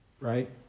right